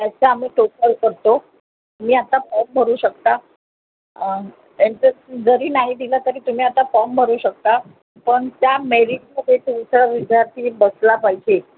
त्याचं आम्ही टोटल करतो तुम्ही आता फॉर्म भरू शकता त्यांचं जरी नाही दिलं तरी तुम्ही आता फॉर्म भरू शकता पण त्या मेरीटमध्ये तुमचा विद्यार्थी बसला पाहिजे